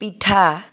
পিঠা